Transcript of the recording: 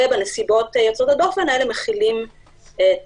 ובנסיבות יוצאות הדופן האלה מחילים את